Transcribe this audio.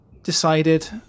decided